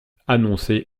annonçait